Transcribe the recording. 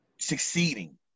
succeeding